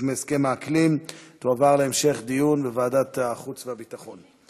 מהסכם האקלים תועבר להמשך דיון בוועדת החוץ והביטחון.